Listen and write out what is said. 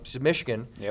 Michigan